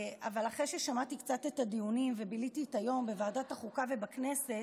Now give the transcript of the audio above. אבל אחרי ששמעתי קצת את הדיונים וביליתי את היום בוועדת החוקה ובכנסת,